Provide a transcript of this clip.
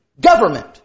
government